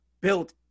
built